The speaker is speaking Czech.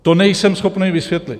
To nejsem schopen vysvětlit.